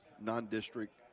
non-district